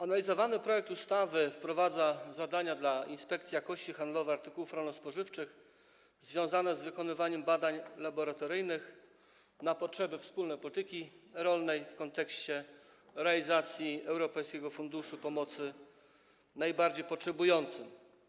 Analizowany projekt ustawy wprowadza zadania dla Inspekcji Jakości Handlowej Artykułów Rolno-Spożywczych związane z wykonywaniem badań laboratoryjnych na potrzeby wspólnej polityki rolnej w kontekście realizacji Europejskiego Funduszu Pomocy Najbardziej Potrzebującym.